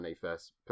first